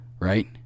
Right